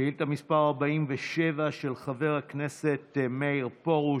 שאילתה מס' 47, של חבר הכנסת מאיר פרוש,